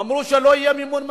אמרו שלא יהיה מימון ממשלתי.